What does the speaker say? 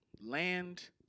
land